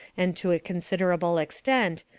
and to a considerable extent,